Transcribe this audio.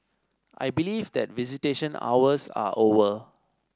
I believe that visitation hours are over